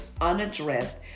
unaddressed